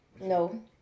No